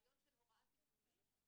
ברעיון של הוראה טיפולית